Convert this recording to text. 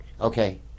Okay